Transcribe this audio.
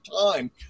time